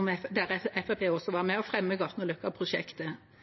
og at Fremskrittspartiet også var med på å fremme Gartnerløkka-prosjektet. Det er riktig at vi ved lokalvalget i 2019 så at motstanden mot prosjektet